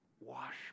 wash